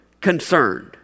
concerned